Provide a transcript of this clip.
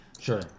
sure